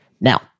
Now